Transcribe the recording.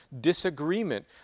disagreement